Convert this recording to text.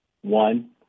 One